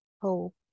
hope